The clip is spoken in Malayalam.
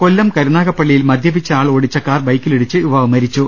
കൊല്ലം കരുനാഗപ്പള്ളിയിൽ മദ്യപിച്ച ആൾ ഓടിച്ച കാർ ബൈക്കിലിടിച്ച് യുവാവ് മരിച്ചു